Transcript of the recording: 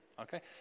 Okay